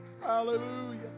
Hallelujah